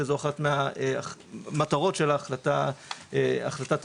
שזו אחת מהמטרות של החלטת הממשלה.